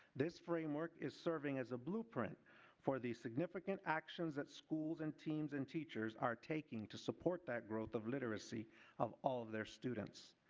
this framework is serving as a blueprint for the significant actions that schools and teams and teachers are taking to support that growth of literacy of all their students.